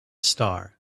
star